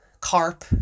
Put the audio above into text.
carp